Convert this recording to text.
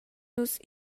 nus